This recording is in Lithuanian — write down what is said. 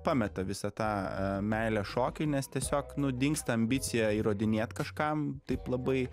pameta visą tą meilę šokiui nes tiesiog nu dingsta ambicija įrodinėt kažkam taip labai